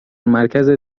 مرکز